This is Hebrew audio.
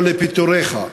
או לפיטוריך,